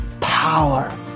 power